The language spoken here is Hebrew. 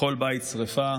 בכל בית שרפה,